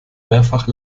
mehrfach